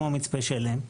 כמו מצפה שלם,